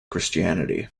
christianity